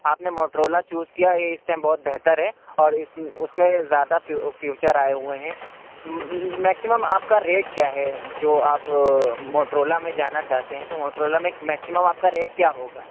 آپ نے Motorola choose کیا ہے یہ اس ٹائم بہت بہتر ہے اور اس میں زیادہ فیوچر آئے ہوئے ہیں میکسمم آپ کا ریٹ کیا ہے جو آپ موٹرولا میں جانا چاہتے ہیں تو موٹرولا میں میکسمم آپ کا ریٹ کیا ہوگا